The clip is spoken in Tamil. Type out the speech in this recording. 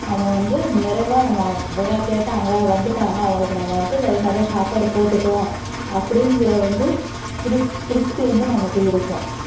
நம்ம வந்து நிறைவா நம்ம கேட்டாங்கள் வந்துட்டாங்கள் அவங்களுக்கு நம்ம வந்து வயிறு நிறையா சாப்பாடு போட்டுகிட்டோம் அப்படிங்கிற வந்து திருப் திருப்தி வந்து நமக்கு இருக்கும்